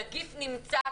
הנגיף נמצא כאן.